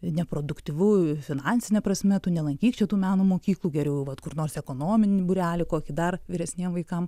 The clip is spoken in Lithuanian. neproduktyvu finansine prasme tu nelankyk čia tų meno mokyklų geriau vat kur nors ekonominį būrelį kokį dar vyresniem vaikam